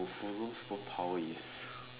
oh so superpower is